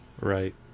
right